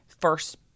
first